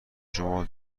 شما